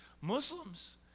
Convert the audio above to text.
Muslims